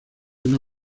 una